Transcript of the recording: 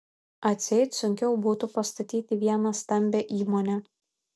atseit sunkiau būtų pastatyti vieną stambią įmonę